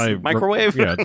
Microwave